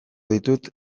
ditut